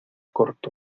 corto